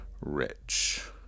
Rich